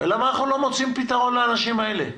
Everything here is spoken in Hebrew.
ולמה אנחנו לא מוצאים פתרון לאנשים האלה?